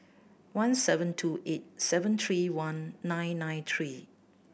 one seven two eight seven three one nine nine three